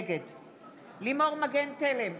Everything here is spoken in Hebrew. נגד לימור מגן תלם,